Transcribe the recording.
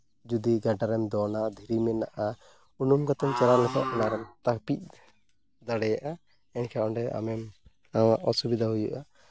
ᱡᱩᱫᱤ ᱜᱟᱰᱟ ᱨᱮᱢ ᱫᱚᱱᱟ ᱫᱷᱤᱨᱤ ᱢᱮᱱᱟᱜᱼᱟ ᱩᱱᱩᱢ ᱠᱟᱛᱮᱢ ᱪᱟᱞᱟᱣ ᱞᱮᱱᱠᱷᱟᱱ ᱛᱟᱹᱠᱤᱡ ᱫᱟᱲᱮᱭᱟᱜᱼᱟ ᱮᱱᱠᱷᱟᱱ ᱚᱸᱰᱮ ᱟᱢᱮᱢ ᱟᱢᱟᱜ ᱚᱥᱩᱵᱤᱫᱷᱟ ᱦᱩᱭᱩᱜᱼᱟ